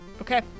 Okay